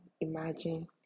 imagine